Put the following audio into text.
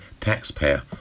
taxpayer